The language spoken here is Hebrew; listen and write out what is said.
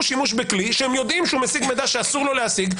שימוש בכלי שהם יודעים שהוא משיג מידע שאסור לו להשיג,